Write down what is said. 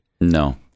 No